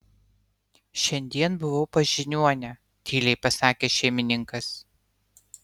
šiandien buvau pas žiniuonę tyliai pasakė šeimininkas